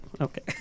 Okay